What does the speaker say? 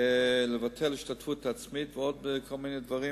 לבטל את ההשתתפות העצמית ועוד כל מיני דברים,